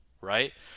right